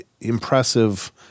impressive